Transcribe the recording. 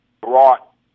brought